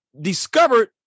discovered